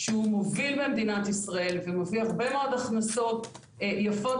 שהוא מוביל במדינת ישראל ומביא הרבה מאוד הכנסות יפות